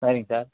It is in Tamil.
சரிங்க சார்